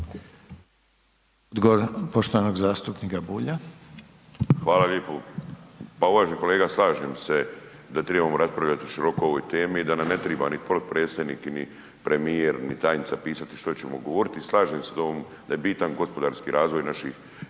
Odgovor poštovanog zastupnika Bulja. **Bulj, Miro (MOST)** Hvala lijepo. Pa uvaženi kolega slažem se da trebamo raspravljati široko o ovoj temi i da nam ne treba ni potpredsjednik ni premijer ni tajnica pisati što ćemo govoriti i slažem se da je bitan gospodarski razvoj naših